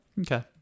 Okay